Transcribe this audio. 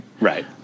Right